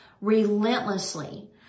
relentlessly